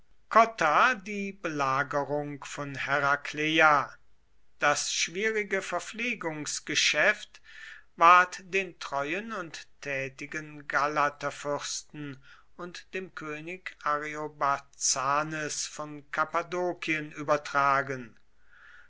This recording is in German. cotta die belagerung von herakleia das schwierige verpflegungsgeschäft ward den treuen und tätigen galaterfürsten und dem könig ariobarzanes von kappadokien übertragen